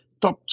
top